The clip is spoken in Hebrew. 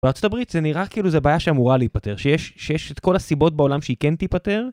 בארצות הברית זה נראה כאילו זה הבעיה שאמורה להיפטר, שיש את כל הסיבות בעולם שהיא כן תיפתר.